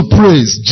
praise